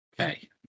Okay